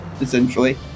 essentially